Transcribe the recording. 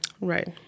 Right